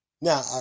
Now